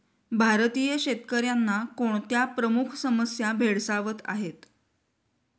भारतीय शेतकऱ्यांना कोणत्या प्रमुख समस्या भेडसावत आहेत?